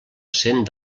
cent